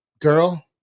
girl